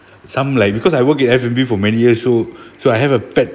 some like because I won't get for many years old so I have a pet